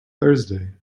thursday